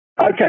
okay